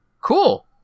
cool